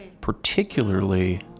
particularly